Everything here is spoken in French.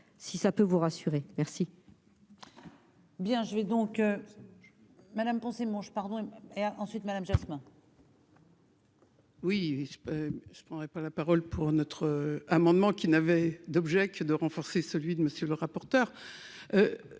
si ça peut vous rassurer, merci.